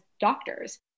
doctors